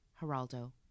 Geraldo